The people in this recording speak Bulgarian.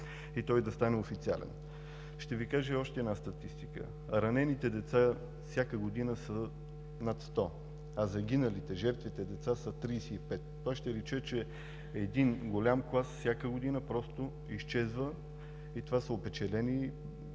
и той да стане официален. Ще Ви кажа и още една статистика. Ранените деца всяка година са над 100, а загиналите деца, жертвите са 35. Това ще рече, че един голям клас всяка година просто изчезва. Това са опечалени